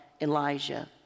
Elijah